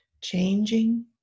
changing